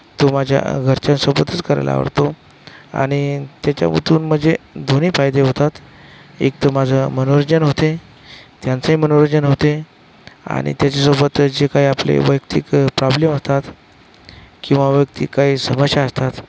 तो माझ्या घरच्यांसोबतच करायला आवडतो आणि त्याच्यामधून म्हणजे दोन्ही फायदे होतात एक तर माझं मनोरंजन होते त्यांचंही मनोरंजन होते आणि त्याच्यासोबत जे काही आपले वैयक्तिक प्रॉब्लेम असतात किंवा वैयक्तिक काही समस्या असतात